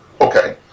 okay